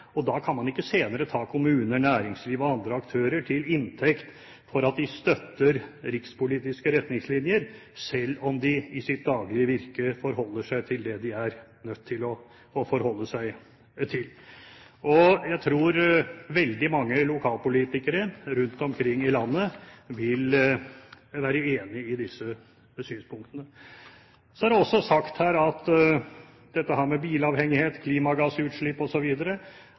Og da kan man ikke senere ta kommuner, næringsliv og andre aktører til inntekt for støtten til rikspolitiske retningslinjer, selv om de i sitt daglige virke forholder seg til det de er nødt til å forholde seg til. Jeg tror veldig mange lokalpolitikere rundt omkring i landet vil være enig i disse synspunktene. Så har det også blitt sagt her at det har å gjøre med bilavhengighet, klimagassutslipp